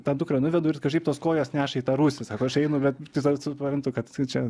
tą dukrą nuvedu ir kažkaip tos kojos neša į tą rūsį sako aš einu bet tiesiog suprantu kad čia